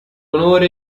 onore